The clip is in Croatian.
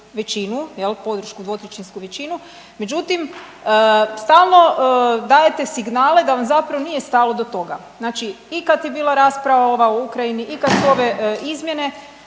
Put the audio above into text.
većinu jel, podršku 2/3 većinu, međutim stalno dajete signale da vam zapravo nije stalo do toga. Znači kad je bila rasprava ova o Ukrajini i kad su ove izmjene